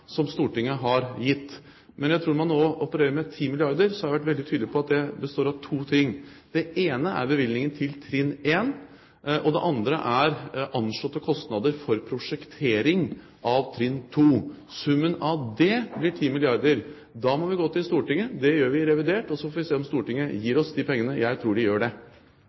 som Stortinget har gitt. Men jeg tror at når man nå opererer med 10 milliarder, har jeg vært veldig tydelig på at det består av to ting. Det ene er bevilgningen til trinn 1, og det andre er anslåtte kostnader for prosjektering av trinn 2. Summen av det blir 10 milliarder. Da må vi gå til Stortinget. Det gjør vi i revidert, og så får vi se om Stortinget gir oss de pengene. Jeg tror det gjør det!